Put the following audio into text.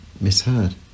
misheard